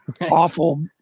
awful